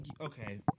Okay